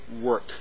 work